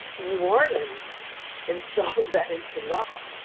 new orleans installed that into law.